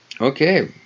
Okay